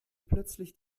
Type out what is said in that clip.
plötzlich